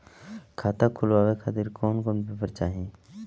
खाता खुलवाए खातिर कौन कौन पेपर चाहीं?